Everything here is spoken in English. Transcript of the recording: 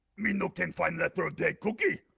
me no can find letter of day cookie.